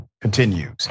continues